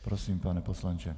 Prosím, pane poslanče.